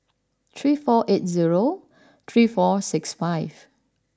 three four eight zero three four six five